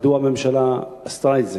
מדוע הממשלה עשתה את זה?